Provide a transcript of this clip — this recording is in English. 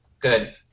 Good